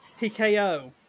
TKO